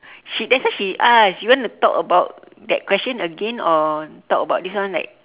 she that's why she ask you want to talk about that question again or talk about this one like